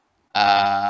err